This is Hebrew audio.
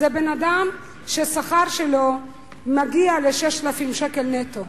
זה בן-אדם שהשכר שלו מגיע ל-6,000 שקל נטו.